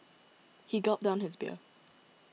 he gulped down his beer